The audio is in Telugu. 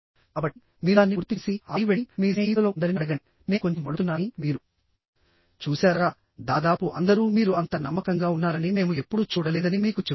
కాబట్టి మీరు దాన్ని పూర్తి చేసిఆపై వెళ్లి మీ స్నేహితులలో కొందరిని అడగండినేను కొంచెం వణుకుతున్నానని మీరు చూశారాదాదాపు అందరూ మీరు అంత నమ్మకంగా ఉన్నారని మేము ఎప్పుడూ చూడలేదని మీకు చెబుతారు